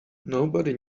nobody